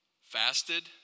fasted